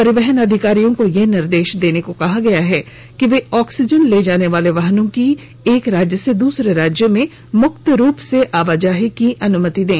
परिवहन अधिकारियों को यह निर्देश देने को भी कहा गया है कि वे ऑक्सीजन ले जाने वाले वाहनों की एक राज्य से दूसरे राज्य में मुक्त रूप से आवाजाही की अनुमति दें